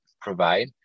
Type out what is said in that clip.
provide